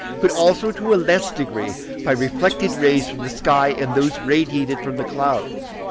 but also to a less degree by reflected rays from the sky and those radiated from the clouds,